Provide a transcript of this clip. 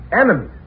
Enemies